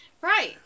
Right